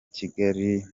kigali